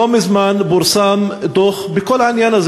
לא מזמן פורסם דוח על כל העניין הזה